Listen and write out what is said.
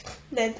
then